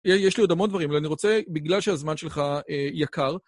יש לי עוד המון דברים, אבל אני רוצה, בגלל שהזמן שלך יקר...